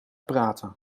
praten